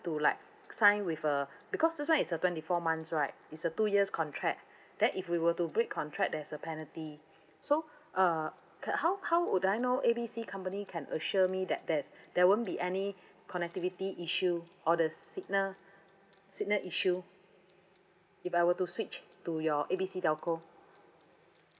to like sign with uh because this [one] is a twenty four months right is a two years contract then if we were to break contract there's a penalty so uh c~ how how would I know A B C company can assure me that there's there won't be any connectivity issue or the signal signal issue if I were to switch to your A B C telco